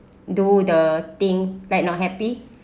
do the thing like not happy